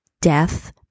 death